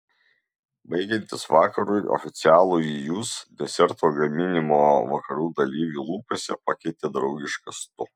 baigiantis vakarui oficialųjį jūs deserto gaminimo vakarų dalyvių lūpose pakeitė draugiškas tu